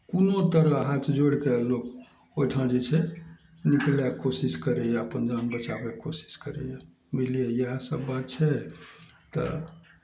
कोनो तरह हाथ जोड़ि कऽ लोक ओहिठाम जे छै निकलैक कोशिश करैया अपन जान बचाबै के कोशिश करैया बुझलियै इएह सब बात छै तऽ